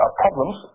problems